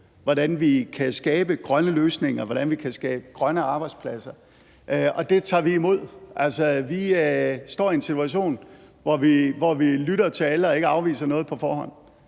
hvordan vi kan skabe grønne løsninger, hvordan vi kan skabe grønne arbejdspladser, og det tager vi imod. Altså, vi står i en situation, hvor vi lytter til alle og ikke afviser noget på forhånd,